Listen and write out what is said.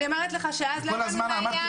אני אומרת לך שאז לא ידענו מה יהיה המספר.